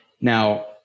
Now